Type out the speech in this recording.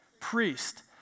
priest